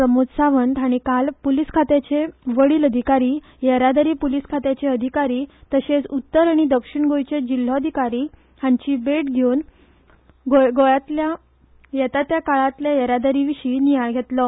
प्रमोद सावंत हांणी काल पुलीस खात्याचे वडील अधिकारी येरादारी पूलीस खात्याचे अधिकारी तशेंच उत्तर आनी दक्षीण गोंयचे जिल्लोधिकारी हांची भेट घेवन गोंयांतल्या येता त्या काळांतल्या येरादारी विशीं नियाळ घेतलो